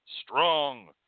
strong